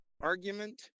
argument